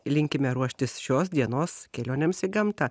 linkime ruoštis šios dienos kelionėms į gamtą